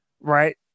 right